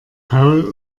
paul